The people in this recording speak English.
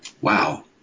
wow